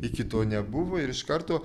iki to nebuvo ir iš karto